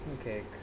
okay